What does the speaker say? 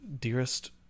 dearest